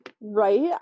right